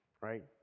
Right